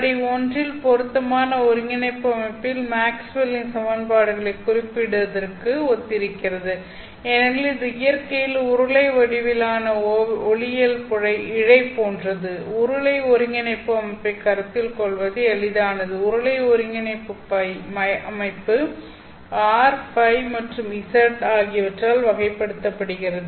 படி 1 ல் பொருத்தமான ஒருங்கிணைப்பு அமைப்பில் மேக்ஸ்வெல்லின் Maxwell's சமன்பாடுகளைத் குறிப்பிடுவதற்கு ஒத்திருக்கிறது ஏனெனில் இது இயற்கையில் உருளை வடிவிலான ஒளியியல் இழை போன்றது உருளை ஒருங்கிணைப்பு அமைப்பைக் கருத்தில் கொள்வது எளிதானது உருளை ஒருங்கிணைப்பு அமைப்பு r Ø மற்றும் z ஆகியவற்றால் வகைப்படுத்தப்படுகிறது